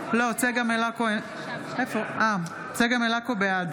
מלקו, בעד